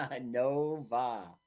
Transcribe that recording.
Nova